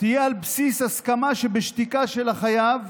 תהיה על בסיס הסכמה שבשתיקה של החייב.